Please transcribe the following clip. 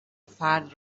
فرد